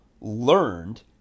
learned